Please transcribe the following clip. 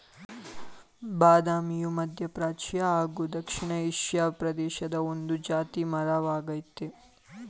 ಬಾದಾಮಿಯು ಮಧ್ಯಪ್ರಾಚ್ಯ ಹಾಗೂ ದಕ್ಷಿಣ ಏಷಿಯಾ ಪ್ರದೇಶದ ಒಂದು ಜಾತಿ ಮರ ವಾಗಯ್ತೆ